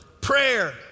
prayer